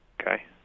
Okay